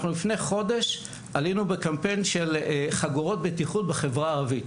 אנחנו לפני חודש עלינו בקמפיין של חגורות בטיחות בחברה הערבית.